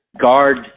guard